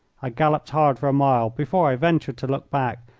i galloped hard for a mile before i ventured to look back,